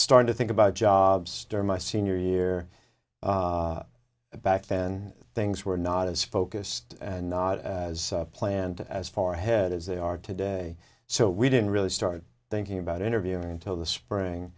start to think about jobs during my senior year back then things were not as focused and not as planned as far ahead as they are today so we didn't really start thinking about interviewing until the spring